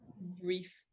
brief